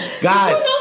guys